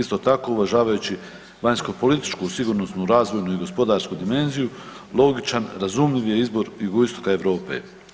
Isto tako, uvažavajući vanjskopolitičku sigurnosnu razvojnu i gospodarsku dimenziju logičan, razumljiv je izbor Jugoistoka Europe.